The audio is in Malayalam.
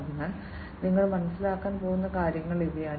അതിനാൽ നിങ്ങൾ മനസ്സിലാക്കാൻ പോകുന്ന കാര്യങ്ങൾ ഇവയാണ്